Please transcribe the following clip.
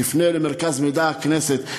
תפנה למרכז המחקר והמידע של הכנסת,